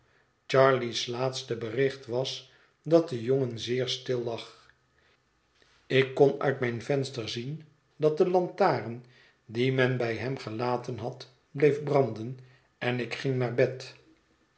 charley's laatste bericht was dat de jongen zeer stil lag ik kon uit mijn venster zien dat de lantaren die men bij hem gelaten had bleef branden en ik ging naar bed